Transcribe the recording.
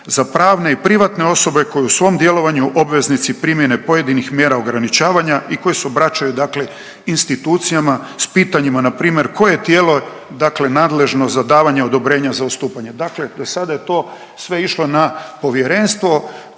za pravne i privatne osobe koje su u svom djelovanju obveznici primjene pojedinih mjera ograničavanja i koji se obraćaju dakle institucijama s pitanjima npr. koje je tijelo dakle nadležno za davanje odobrenja za odstupanje, dakle dosada je to sve išlo na povjerenstvo